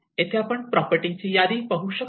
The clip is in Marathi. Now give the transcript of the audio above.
येथे आपण प्रॉपर्टीची यादी पाहू शकता